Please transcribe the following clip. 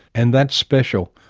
and that's special,